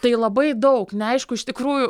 tai labai daug neaišku iš tikrųjų